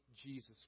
Jesus